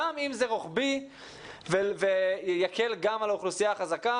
גם אם זה רוחבי ויקל גם על האוכלוסייה החזקה.